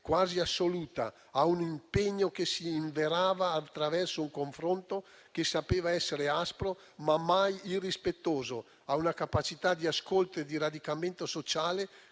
quasi assoluta; a un impegno che si inverava attraverso un confronto che sapeva essere aspro, ma mai irrispettoso; a una capacità di ascolto e di radicamento sociale